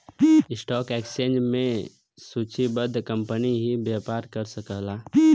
stock exchange में सूचीबद्ध company ही व्यापार कर सकला